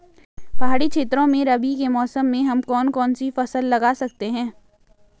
पहाड़ी क्षेत्रों में रबी के मौसम में हम कौन कौन सी फसल लगा सकते हैं?